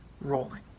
rolling